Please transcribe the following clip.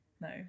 No